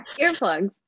Earplugs